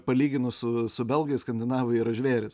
palyginus su su belgais skandinavai yra žvėrys